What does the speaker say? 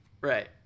Right